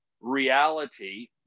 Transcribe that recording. reality